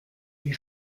die